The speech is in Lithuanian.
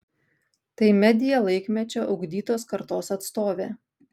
tai media laikmečio ugdytos kartos atstovė